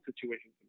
situation